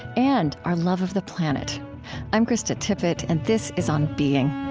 and our love of the planet i'm krista tippett, and this is on being